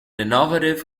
innovative